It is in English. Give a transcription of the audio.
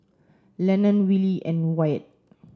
Lenon Willy and Wyatt